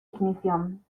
ignición